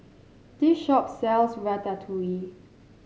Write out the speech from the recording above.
this shop sells ratatouille